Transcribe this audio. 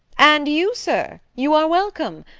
and you, sir! you are welcome.